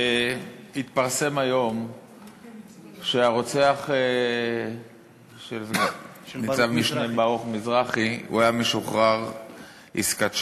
התפרסם היום שהרוצח של ניצב-משנה ברוך מזרחי היה משוחרר עסקת שליט.